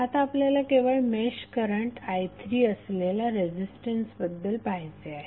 आता आपल्याला केवळ मेश करंट i3 असलेल्या रेझीस्टन्सबद्दल पाहायचे आहे